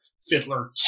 Fiddler